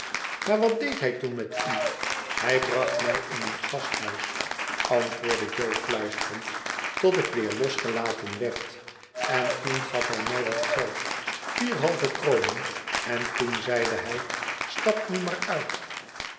maar wat deed hij toen met u hij bracht mij in een gasthuis antwoordt jo fluisterend tot ik weer losgelaten werd en toen gaf hij mij wat geld vier halve kronen en toen zeide hij stap nu maar uit